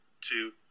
two